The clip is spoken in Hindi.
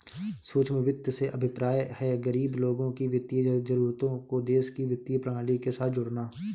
सूक्ष्म वित्त से अभिप्राय है, गरीब लोगों की वित्तीय जरूरतों को देश की वित्तीय प्रणाली के साथ जोड़ना